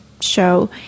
show